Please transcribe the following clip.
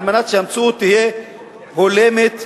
אלא שהמציאות הקיימת,